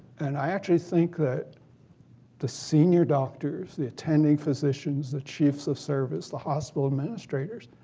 and i actually think that the senior doctors, the attending physicians, the chiefs of service, the hospital administrators,